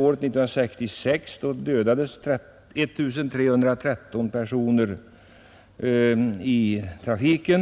År 1966 dödades 1 313 personer i trafiken.